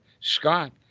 Scott